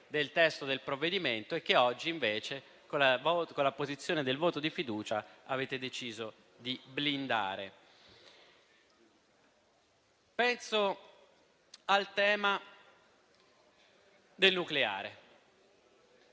del testo del provvedimento e che oggi invece, con la posizione del voto di fiducia, avete deciso di blindare. Penso al tema del nucleare.